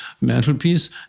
mantelpiece